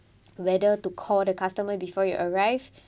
whether to call the customer before you arrive